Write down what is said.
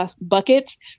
buckets